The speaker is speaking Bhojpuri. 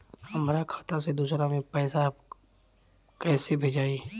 हमरा खाता से दूसरा में कैसे पैसा भेजाई?